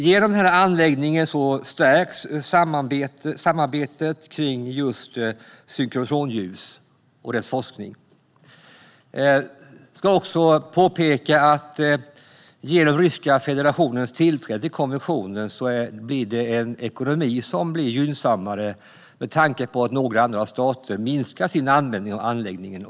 Genom anläggningen stärks samarbetet inom forskning som använder synkrotonljus. Ryska federationens tillträde till konventionen är ekonomiskt gynnsamt med tanke på att några andra stater minskar sin användning av anläggningen.